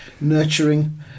nurturing